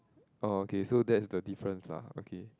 oh okay so that's the difference lah okay